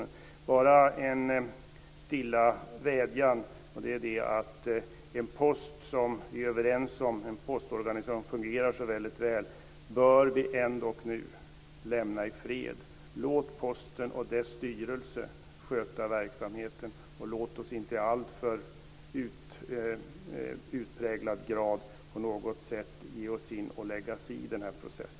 Jag har bara en stilla vädjan om att en postorganisation som vi är överens om fungerar så väldigt väl bör vi ändock nu lämna i fred. Låt Posten och dess styrelse sköta verksamheten, och låt oss inte i alltför hög grad på något sätt lägga oss i denna process.